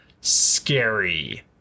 scary